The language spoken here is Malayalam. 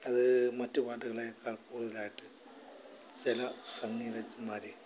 അത് മറ്റ് പാട്ടുകളേക്കാൾ കൂടുതലായിട്ട് ചില സംഗീതജ്ഞന്മാര്